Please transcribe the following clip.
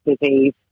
disease